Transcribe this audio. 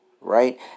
right